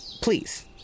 please